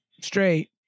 Straight